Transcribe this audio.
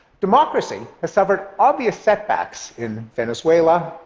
democracy has suffered obvious setbacks in venezuela,